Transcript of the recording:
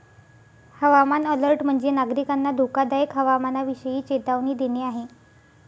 हवामान अलर्ट म्हणजे, नागरिकांना धोकादायक हवामानाविषयी चेतावणी देणे आहे